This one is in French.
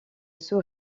sous